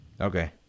Okay